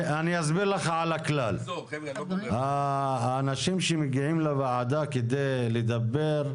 אסביר לך על הכלל: האנשים שמגיעים לוועדה כדי לדבר,